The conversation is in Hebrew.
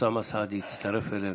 אוסאמה סעדי הצטרף אלינו.